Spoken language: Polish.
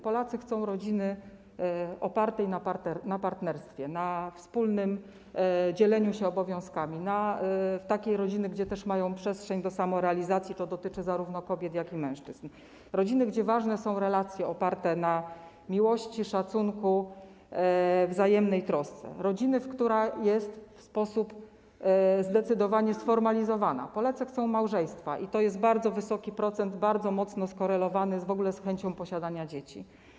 Polacy chcą rodziny opartej na partnerstwie, na wspólnym dzieleniu się obowiązkami; rodziny, gdzie też mają przestrzeń do samorealizacji - to dotyczy zarówno kobiet, jak i mężczyzn; rodziny, gdzie ważne są relacje oparte na miłości, szacunku, wzajemnej trosce; rodziny, która jest w sposób zdecydowany sformalizowana - Polacy chcą małżeństwa i to jest bardzo wysoki procent, bardzo mocno skorelowany w ogóle z chęcią posiadania dzieci.